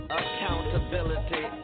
accountability